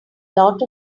lot